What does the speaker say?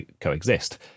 coexist